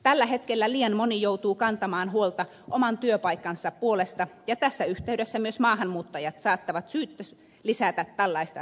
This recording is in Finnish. tällä hetkellä liian moni joutuu kantamaan huolta oman työpaikkansa puolesta ja tässä yhteydessä myös maahanmuuttajat saattavat syyttä lisätä tällaista pelkoa